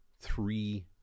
three